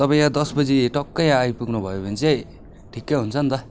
तपाईँ यहाँ दसबजे टक्कै यहाँ आइपुग्नुभयो भने चाहिँ ठिक्कै हुन्छ नि त